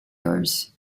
doors